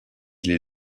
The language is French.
les